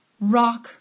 rock